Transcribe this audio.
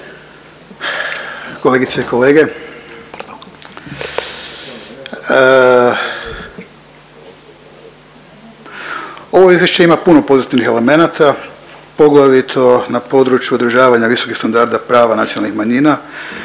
Kolegice i kolege, ovo izvješće ima puno pozitivnih elemenata, poglavito na području održavanja visokih standarda prava nacionalnih manjina,